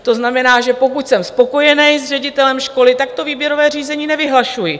To znamená, že pokud jsem spokojen s ředitelem školy, tak výběrové řízení nevyhlašuji.